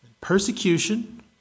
persecution